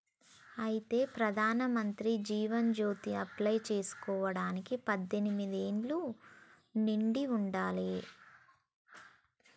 అయితే ప్రధానమంత్రి జీవన్ జ్యోతి అప్లై చేసుకోవడానికి పద్దెనిమిది ఏళ్ల వయసు నిండి ఉండాలి